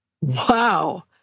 Wow